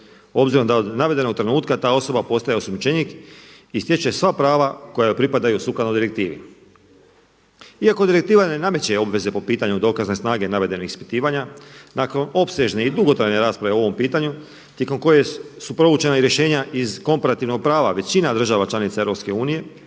Obzirom da od navedenog trenutka ta osoba postaje osumnjičenik i stječe sva prava koja joj pripadaju sukladno direktivi. Iako direktiva ne nameće obveze po pitanju dokazne snage navedenih ispitivanja nakon opsežne i dugotrajne rasprave o ovom pitanju tijekom koje su provučena i rješenja iz komparativnog prava, većina država članica EU u